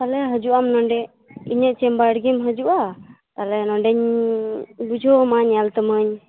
ᱛᱟᱦᱚᱞᱮ ᱦᱤᱡᱩᱜ ᱟᱢ ᱱᱚᱸᱰᱮ ᱤᱧᱟᱹᱜ ᱪᱮᱢᱵᱟᱨ ᱨᱮᱜᱮᱢ ᱦᱤᱡᱩᱜ ᱟ ᱛᱟᱦᱚᱞᱮ ᱱᱚᱸᱰᱮᱧ ᱵᱩᱡᱷᱟ ᱣᱟᱢᱟ ᱧ ᱧᱮᱞ ᱛᱟᱢᱟ ᱧ